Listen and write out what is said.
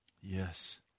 Yes